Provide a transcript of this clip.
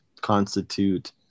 constitute